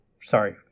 Sorry